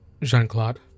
Jean-Claude